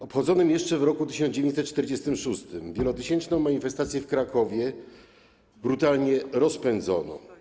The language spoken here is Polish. Obchodzoną jeszcze w roku 1946 wielotysięczną manifestację w Krakowie brutalnie rozpędzono.